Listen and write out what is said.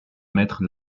maître